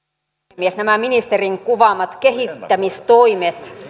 puhemies nämä ministerin kuvaamat kehittämistoimet